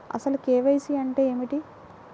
అసలు కే.వై.సి అంటే ఏమిటి?